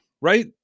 right